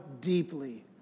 deeply